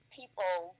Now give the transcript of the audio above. people